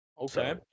Okay